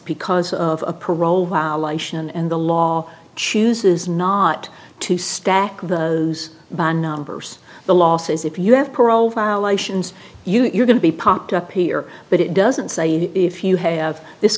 because of a parole violation and the law chooses not to stack those bond numbers the law says if you have parole violations you're going to be popped up here but it doesn't say if you have this